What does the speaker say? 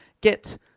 get